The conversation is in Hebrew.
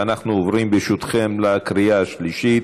ואנחנו עוברים, ברשותכם, לקריאה השלישית.